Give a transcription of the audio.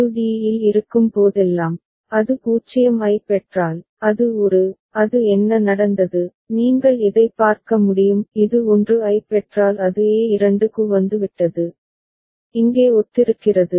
அது d இல் இருக்கும் போதெல்லாம் அது 0 ஐப் பெற்றால் அது ஒரு அது என்ன நடந்தது நீங்கள் இதைப் பார்க்க முடியும் இது 1 ஐப் பெற்றால் அது a2 க்கு வந்துவிட்டது இங்கே ஒத்திருக்கிறது